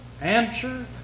answer